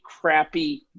crappy